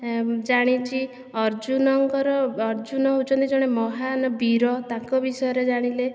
ଜାଣିଛି ଅର୍ଜୁନଙ୍କର ଅର୍ଜୁନ ହେଉଛନ୍ତି ଜଣେ ମହାନ ବୀର ତାଙ୍କ ବିଷୟରେ ଜାଣିଲେ